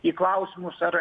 į klausimus ar